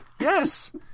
Yes